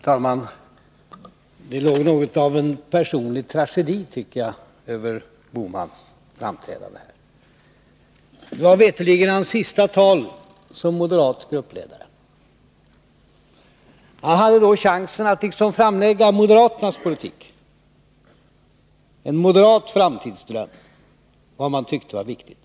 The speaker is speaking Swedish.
Fru talman! Det låg något av en personlig tragedi, tycker jag, över Gösta Bohmans framträdande här. Det var mig veterligen hans sista tal i egenskap av moderat gruppledare. Han hade chansen att presentera moderaternas politik, en moderat framtidsdröm om vad man tycker är viktigt.